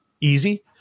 easy